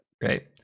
Great